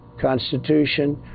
Constitution